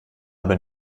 bin